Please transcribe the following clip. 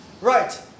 Right